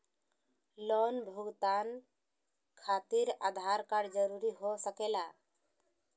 Loan भुगतान खातिर Aadhaar card जरूरी हो सके ला?